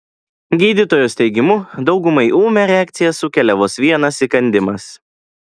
gydytojos teigimu daugumai ūmią reakciją sukelia vos vienas įkandimas